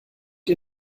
ihr